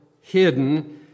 hidden